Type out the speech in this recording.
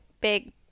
big